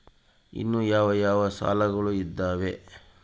ಇನ್ನು ಯಾವ ಯಾವ ಸಾಲಗಳು ಇದಾವೆ?